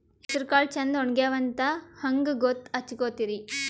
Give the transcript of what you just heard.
ಹೆಸರಕಾಳು ಛಂದ ಒಣಗ್ಯಾವಂತ ಹಂಗ ಗೂತ್ತ ಹಚಗೊತಿರಿ?